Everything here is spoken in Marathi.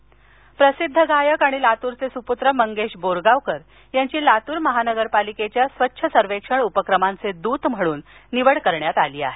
लातर प्रसिद्ध गायक आणि लातूरचे सुपूत्र मंगेश बोरगावकर यांची लातूर महानगरपालिकेच्या स्वच्छ सर्वेक्षण उपक्रमांचे दूत म्हणून निवड करण्यात आली आहे